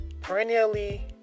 perennially